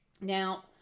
Now